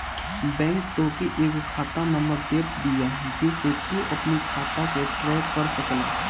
bank तोहके एगो खाता नंबर देत बिया जेसे तू अपनी खाता के ट्रैक कर सकेला